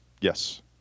Yes